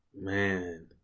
Man